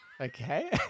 Okay